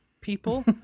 people